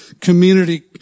community